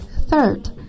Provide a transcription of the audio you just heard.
Third